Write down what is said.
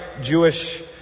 Jewish